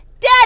Dad